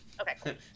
Okay